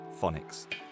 phonics